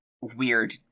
weird